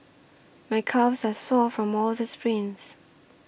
my calves are sore from all the sprints